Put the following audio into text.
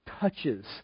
touches